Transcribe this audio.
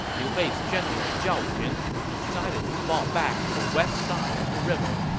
liu bei's general zhao yun decided to fall back to the west side of the river,